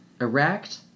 erect